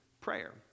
prayer